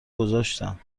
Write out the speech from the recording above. گذاشتم